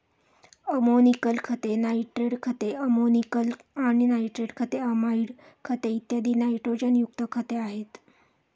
ammoniacal खते, nitrate खते, ammoniacal आणि नायट्रेट खते, अमाइड खते, इत्यादी नायट्रोजनयुक्त खते आहेत